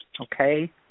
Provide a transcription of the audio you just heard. Okay